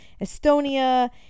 Estonia